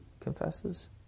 confesses